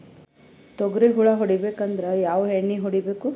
ತೊಗ್ರಿ ಹುಳ ಹೊಡಿಬೇಕಂದ್ರ ಯಾವ್ ಎಣ್ಣಿ ಹೊಡಿಬೇಕು?